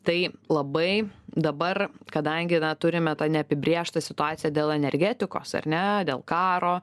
tai labai dabar kadangi na turime tą neapibrėžtą situaciją dėl energetikos ar ne dėl karo